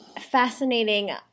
fascinating